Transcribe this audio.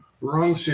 Wrong